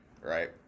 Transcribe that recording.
right